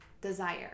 desire